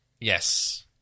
Yes